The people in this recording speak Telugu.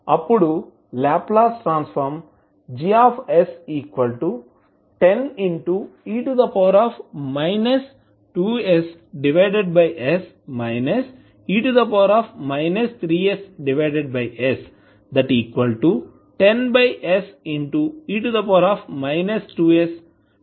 అప్పుడు Laplace transform Gs10e 2ss e 3ss10se 2s e 3s అవుతుంది